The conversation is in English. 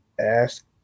ask